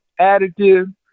additive